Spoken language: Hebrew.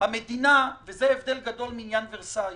בהבדל גדול מאסון ורסאי